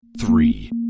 Three